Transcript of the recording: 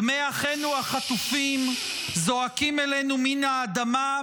דמי אחינו החטופים זועקים אלינו מן האדמה,